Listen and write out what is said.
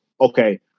okay